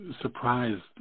surprised